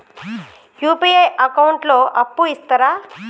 UPI account లో అప్పు ఇస్తరా?